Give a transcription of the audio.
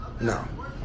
No